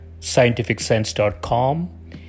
scientificsense.com